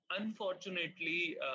Unfortunately